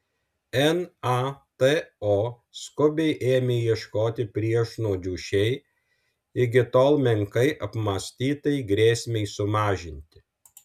nato skubiai ėmė ieškoti priešnuodžių šiai iki tol menkai apmąstytai grėsmei sumažinti